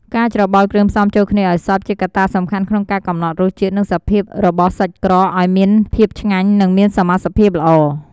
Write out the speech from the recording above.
ការច្របល់គ្រឿងផ្សំចូលគ្នាឱ្យសព្វ ជាកត្តាសំខាន់ក្នុងការកំណត់រសជាតិ និងសភាពរបស់សាច់ក្រក ឱ្យមានភាពឆ្ងាញ់ និងមានសមាសភាពល្អ។